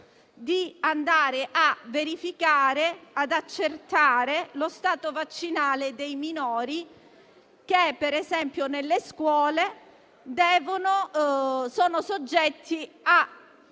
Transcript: anche la possibilità di accertare lo stato vaccinale dei minori, che, per esempio, nelle scuole sono soggetti a